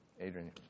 Adrian